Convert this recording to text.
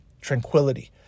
tranquility